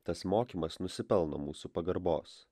tas mokymas nusipelno mūsų pagarbos